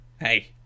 Hey